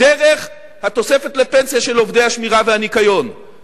דרך התוספת לפנסיה של עובדי השמירה והניקיון,